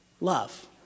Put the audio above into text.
Love